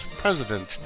president